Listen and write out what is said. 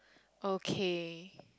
okay